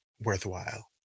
worthwhile